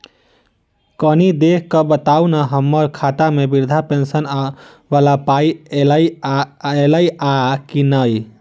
कनि देख कऽ बताऊ न की हम्मर खाता मे वृद्धा पेंशन वला पाई ऐलई आ की नहि?